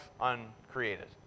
uncreated